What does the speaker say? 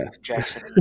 Jackson